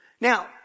Now